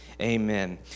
amen